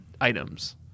items